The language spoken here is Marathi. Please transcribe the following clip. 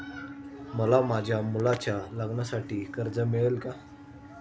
मला माझ्या मुलाच्या लग्नासाठी कर्ज मिळेल का?